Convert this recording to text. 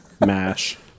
Mash